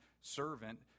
servant